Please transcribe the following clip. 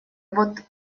вот